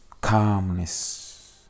Calmness